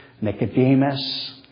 Nicodemus